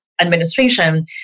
administration